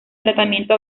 tratamiento